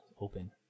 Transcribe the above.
open